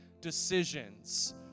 decisions